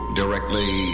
directly